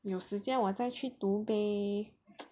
有时间我再去读呗